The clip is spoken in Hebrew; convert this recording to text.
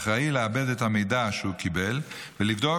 והוא אחראי לעבד את המידע שהוא קיבל ולבדוק